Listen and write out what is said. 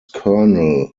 kernel